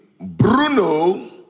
Bruno